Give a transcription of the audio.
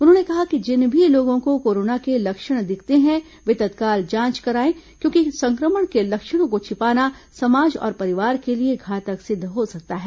उन्होंने कहा कि जिन भी लोगों को कोरोना के लक्षण दिखते हैं वे तत्काल जांच कराएं क्योंकि संक्रमण के लक्षणों को छिपाना समाज और परिवार के लिए घातक सिद्ध हो सकता है